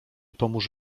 pomóż